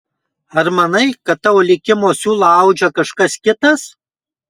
ar manai kad tavo likimo siūlą audžia kažkas kitas